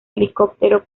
helicóptero